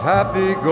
Happy